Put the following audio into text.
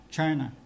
China